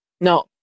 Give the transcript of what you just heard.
no